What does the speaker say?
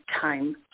time